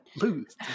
lose